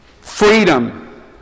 Freedom